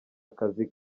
akazi